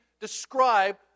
describe